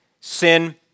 sin